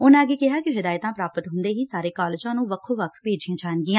ਉਨੂਾਂ ਕਿਹਾ ਕਿ ਹਿਦਾਇਤਾਂ ਪ੍ਰਾਪਤ ਹੁੰਦੇ ਹੀ ਸਾਰਿਆਂ ਨੂੰ ਵੱਖੋ ਵੱਖ ਭੇਜੀਆਂ ਜਾਣਗੀਆਂ